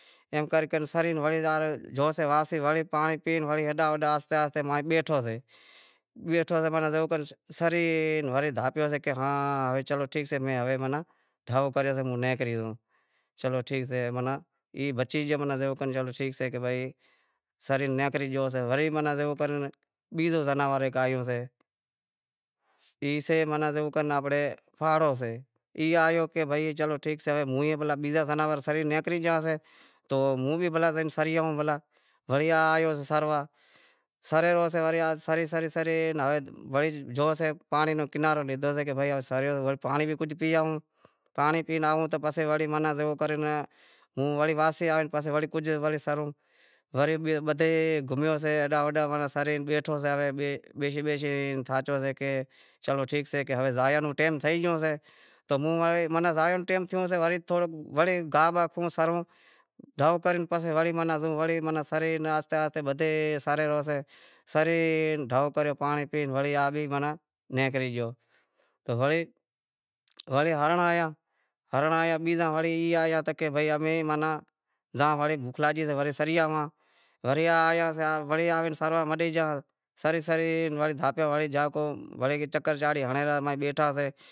سری پھری، پانڑی بانڑی پی، ایڈاں اوڈاں زوئے بیٹھو سئے ، بیٹھو سئے کہ جیوو کر سری ورے ڈھاپیو سے کہ ہوے چلو ٹھیک سے میں ڈھو کریو سے موں نیکری زائوں۔ چلو ٹھیک سے مناں ای بچی گیو جیووکر چلو ٹھیک سے کہ بھائی سری نیکری گیو سے، ہے زیووکر بیزو زناور ہیک آیو سے ای سے زیوو کر آنپڑے پھاڑو سے، ای بی آیو کہ بھائی چلو ٹھیک سے بیزا جناور تو سری نیکری گیا سے تو موں بھی زائے بھلا سری آئوں وڑی آیو سروا سرے رہیو سے سری سری سری ہوے وڑے جوشے پانڑی رو کنارو لیدہو سے کہ بھائی کہ سریو تو پانڑی بھی کجھ پیئے آئوں پانڑی پیئے آئوں تو پسے وڑے زیوو کر ہوں وڑی واپسی آوے کجھ وڑے سروں۔ وڑے بدہے گھمیو سے ایڈاں اوڈاں سرے بیٹھو سے بیشے بیشے تھاچو سے کہ چلو ٹھیک سے کہ ہوے زایا نوں ٹیم تھئی گیو شے تو زائے رو ٹیم تھے گیو سے تو تھوڑو گاہ باہ کو سرووں ڈھو کرے وڑے ماناں سری آہستے آہستے بدہے سرے رہیو سے، سری ڈھو کریو پانڑی پیئے وری آوے ماناں نیکری گیو تو وڑے ہنرنڑ آیا، ہنرنڑ آیا تو بیزا وڑی ای آیا تا کہ زام بوکھ لاگی سے وڑی سری آواں وڑی آیا سروا مٹی گیا سری سری وڑے دھاپیو وری زں چکر چاڑی ہنڑے زائے بیٹھا سے